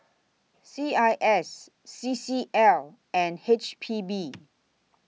C I S C C L and H P B